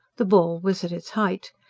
the ball was at its height.